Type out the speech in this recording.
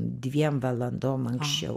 dviem valandom anksčiau